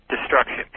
Destruction